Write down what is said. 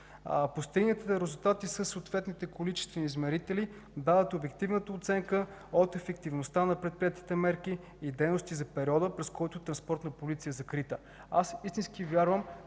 Постигнатите резултати със съответните количествени измерители дават обективната оценка от ефективността на предприетите мерки и дейности за периода, през който „Транспортна полиция” е закрита. Истински вярвам,